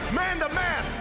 man-to-man